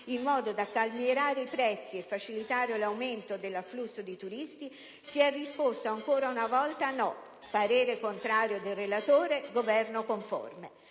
in modo da calmierare i prezzi e facilitare l'aumento dell'afflusso di turisti, si è risposto ancora una volta no: parere contrario del relatore, Governo conforme.